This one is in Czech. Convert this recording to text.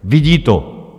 Vidí to.